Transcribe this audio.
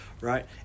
right